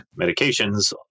medications